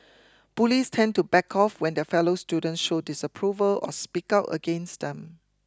bullies tend to back off when their fellow student show disapproval or speak out against them